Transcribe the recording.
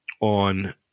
on